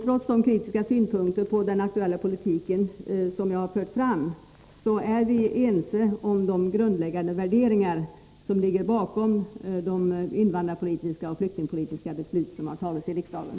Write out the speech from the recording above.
Trots de kritiska synpunkter på den aktuella politiken som jag har framfört, är vi ense om de grundläggande värderingar som ligger bakom de invandrarpolitiska och flyktingpolitiska Nr 11 beslut som har fattats i riksdagen.